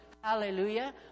Hallelujah